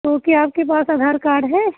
okay आपके पास Aadhaar card है